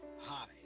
Hi